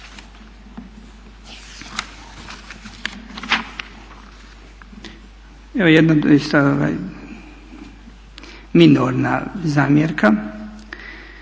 Evo jedna doista minorna zamjerka,